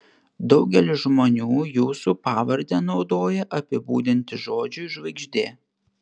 daugelis žmonių jūsų pavardę naudoja apibūdinti žodžiui žvaigždė